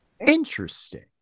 interesting